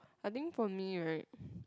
I think for me right